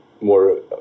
more